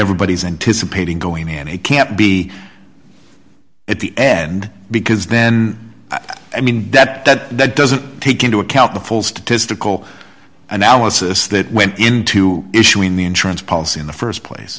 everybody's anticipating going and it can't be at the end because then i mean that doesn't take into account the full statistical analysis that went into issuing the insurance policy in the st place